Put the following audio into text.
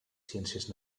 ciències